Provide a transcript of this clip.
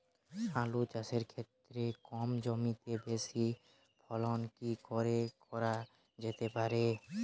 আলু চাষের ক্ষেত্রে কম জমিতে বেশি ফলন কি করে করা যেতে পারে?